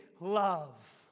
love